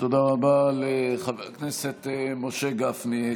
תודה רבה לחבר הכנסת משה גפני.